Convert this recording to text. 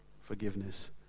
forgiveness